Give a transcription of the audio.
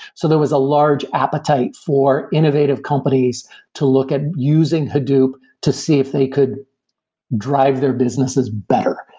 so there was a large appetite for innovative companies to look at using hadoop to see if they could drive their businesses better,